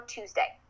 Tuesday